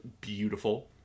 beautiful